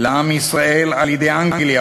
"לעם ישראל על-ידי אנגליה,